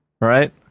Right